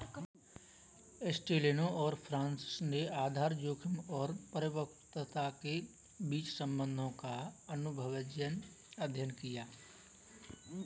एस्टेलिनो और फ्रांसिस ने आधार जोखिम और परिपक्वता के बीच संबंधों का अनुभवजन्य अध्ययन किया